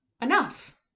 enough